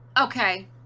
Okay